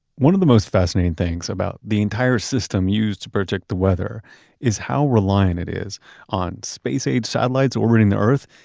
one of the most fascinating things about the entire system used to protect the weather is how reliant it is on space-age satellites orbiting the earth,